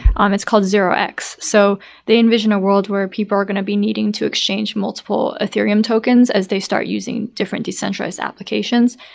um it's called zero x. so they envision a world where people are going to be needing to exchange multiple ethereum tokens as they start using different decentralized applications.